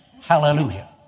Hallelujah